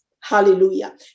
hallelujah